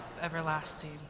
everlasting